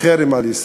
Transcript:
חרם על ישראל.